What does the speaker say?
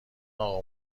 اقا